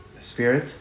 spirit